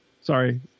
Sorry